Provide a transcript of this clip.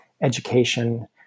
education